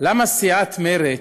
למה סיעת מרצ,